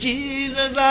Jesus